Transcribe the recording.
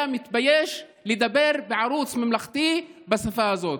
היה מתבייש לדבר בערוץ ממלכתי בשפה הזאת.